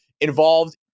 involved